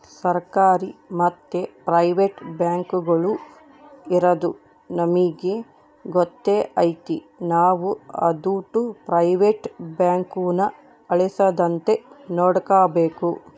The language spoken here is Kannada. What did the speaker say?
ಸರ್ಕಾರಿ ಮತ್ತೆ ಪ್ರೈವೇಟ್ ಬ್ಯಾಂಕುಗುಳು ಇರದು ನಮಿಗೆ ಗೊತ್ತೇ ಐತೆ ನಾವು ಅದೋಟು ಪ್ರೈವೇಟ್ ಬ್ಯಾಂಕುನ ಅಳಿಸದಂತೆ ನೋಡಿಕಾಬೇಕು